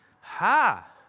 Ha